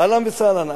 אהלן וסהלן.